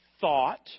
thought